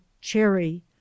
cherry